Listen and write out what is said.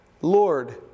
Lord